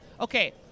Okay